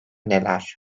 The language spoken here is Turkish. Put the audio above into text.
neler